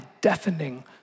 deafening